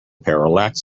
parallax